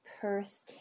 Perth